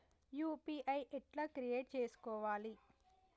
UPI ఎట్లా create చేసుకోవాలి?